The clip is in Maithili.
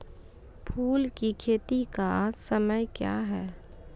फुल की खेती का समय क्या हैं?